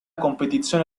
competizione